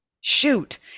shoot